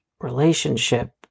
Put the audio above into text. relationship